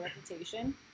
reputation